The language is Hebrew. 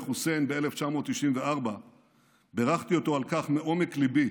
חוסיין ב-1994 בירכתי אותו על כך מעומק ליבי